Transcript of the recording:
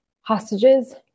hostages